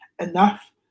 enough